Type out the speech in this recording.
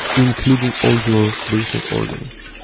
including all your breathing organs,